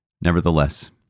Nevertheless